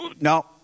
No